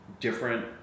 different